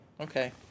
Okay